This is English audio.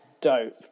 dope